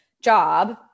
job